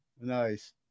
Nice